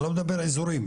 אני לא מדבר אזורים,